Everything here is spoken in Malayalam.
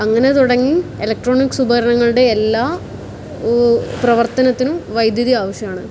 അങ്ങനെ തുടങ്ങി ഇലക്ട്രോണിക്സ് ഉപകരണങ്ങളുടെ എല്ലാ പ്രവർത്തനത്തിനും വൈദ്യുതി ആവശ്യമാണ്